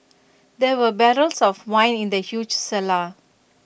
there were barrels of wine in the huge cellar